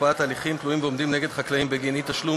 הקפאת הליכים תלויים ועומדים נגד חקלאים בגין אי-תשלום